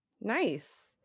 Nice